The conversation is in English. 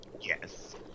Yes